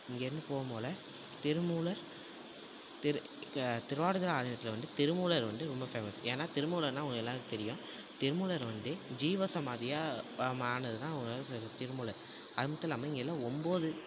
இங்கேருந்து போகும்மோல திருமூல திரு திருவாவடுதுறை ஆதினத்தில் வந்து திருமூலர் வந்து ரொம்ப ஃபேமஸ் ஏன்னால் திருமூலர்னால் உங்கள் எல்லோருக்கும் தெரியும் திருமூலர் வந்து ஜீவ சமாதியாக ஆனதுதான் திருமூலர் அதுமட்டுல்லாமல் இங்கெல்லாம் ஒன்போது